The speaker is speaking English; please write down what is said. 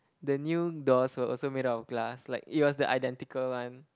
the new doors were also made out of glass like it was the identical one